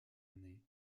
année